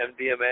MDMA